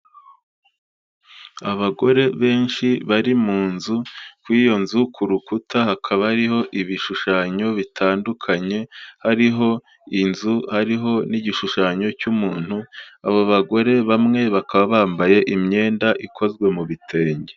Abagore benshi bari mu nzu, kuri iyo nzu ku rukuta hakaba hariho ibishushanyo bitandukanye, haariho inzu, hariho n'igishushanyo cy'umuntu abo bagore bamwe bakaba bambaye imyenda ikozwe mu bitenge.